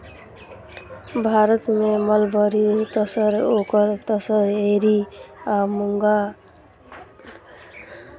भारत मे mulberry, tasar, oak tasar, eri आ मूंगा रेशमक उत्पादन होइ छै